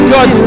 God